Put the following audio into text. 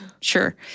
Sure